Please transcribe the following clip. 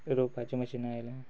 रोवपाचीं मशीनां आयल्या